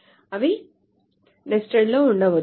అవి నెస్టెడ్ లో ఉండవచ్చు